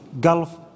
Gulf